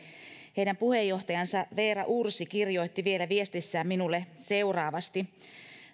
heidän puheenjohtajansa veera ursin kirjoitti vielä viestissään minulle seuraavasti